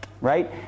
right